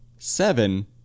Seven